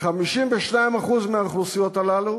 52% מהאוכלוסיות הללו